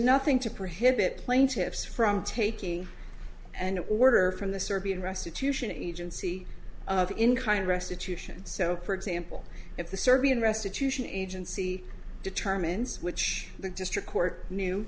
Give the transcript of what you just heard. nothing to prohibit plaintiffs from taking an order from the serbian restitution agency in kind of restitution so for example if the serbian restitution agency determines which the district court knew